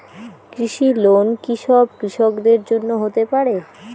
কৃষি লোন কি সব কৃষকদের জন্য হতে পারে?